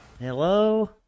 Hello